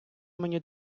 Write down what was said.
мені